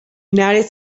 united